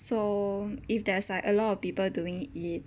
so if there is like a lot of people doing it